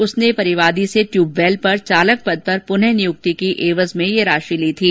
उसने परिवादी से टॅयूबवैल पर चालक पद पर पुनः नियुक्ति के एवज में यह राशि ली थी